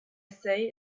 say